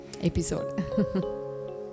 episode